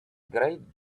great